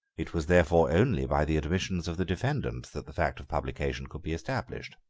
it was therefore only by the admissions of the defendants that the fact of publication could be established.